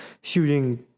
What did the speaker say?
shooting